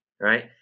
right